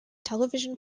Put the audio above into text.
television